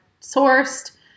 sourced